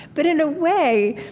but in a way,